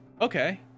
Okay